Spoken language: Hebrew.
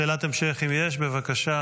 שאלת המשך, אם יש, בבקשה.